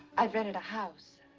i've rented a house.